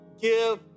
give